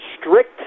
strict